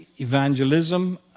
evangelism